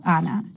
Anna